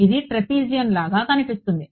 ఇది ట్రాపెజియం లాగా కనిపిస్తుంది